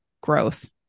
growth